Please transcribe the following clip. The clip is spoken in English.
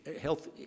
Health